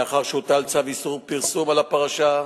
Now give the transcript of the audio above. מאחר שהוטל צו איסור פרסום על הפרשה,